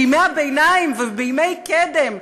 בימי הביניים ובימי קדם,